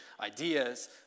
ideas